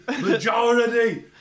Majority